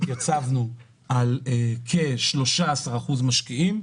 התייצבנו על כ-13% משקיעים,